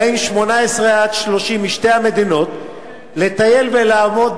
18 30 משתי המדינות לטייל ולעבוד